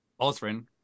Osrin